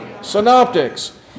synoptics